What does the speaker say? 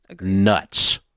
Nuts